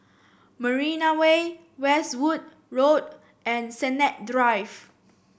Marina Way Westwood Road and Sennett Drive